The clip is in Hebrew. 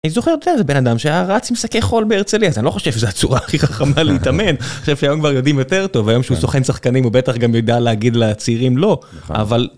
אני זוכר שזה בן אדם שהיה רץ עם שקי חול בהרצליה אז אני לא חושב שזה הצורה הכי חכמה להתאמן עכשיו כבר יודעים יותר טוב היום שהוא סוכן שחקנים הוא בטח גם יודע להגיד לצעירים לא אבל